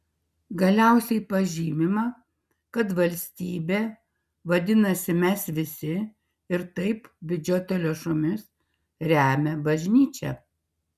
galiausiai pažymima kad valstybė vadinasi mes visi ir taip biudžeto lėšomis remia bažnyčią